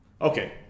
Okay